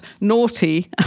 naughty